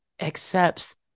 accepts